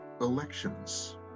elections